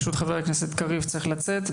פשוט חבר הכנסת גלעד קריב צריך לצאת.